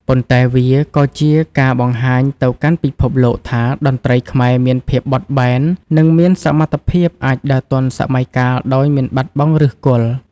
ប៉ុន្តែវាក៏ជាការបង្ហាញទៅកាន់ពិភពលោកថា តន្ត្រីខ្មែរមានភាពបត់បែន និងមានសមត្ថភាពអាចដើរទាន់សម័យកាលដោយមិនបាត់បង់ឫសគល់។